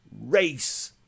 race